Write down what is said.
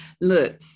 Look